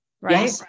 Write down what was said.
Right